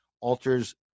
alters